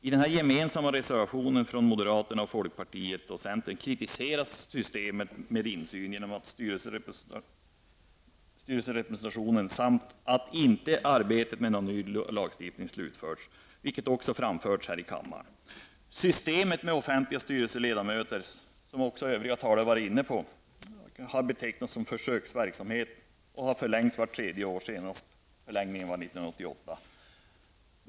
I den gemensamma reservationen från moderaterna, folkpartiet och centern kritiseras systemet med insyn genom styrelserepresentation samt att arbetet med någon ny stiftelselag inte har slutförts, vilket också framförts här i kammaren. Systemet med offentliga styrelseledamöter i vissa stiftelser, vilket också övriga talare varit inne på, har betecknats som försöksverksamhet och har förlängts vart tredje år, senast 1988.